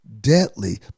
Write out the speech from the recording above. deadly